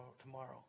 tomorrow